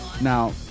Now